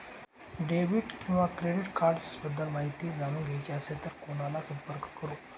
Debit किंवा credit cards बद्दल माहिती जाणून घ्यायची असेल तर कोणाला संपर्क करु?